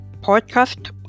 podcast